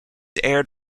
aired